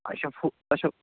اَچھا فُہ اَچھا